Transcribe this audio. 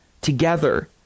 together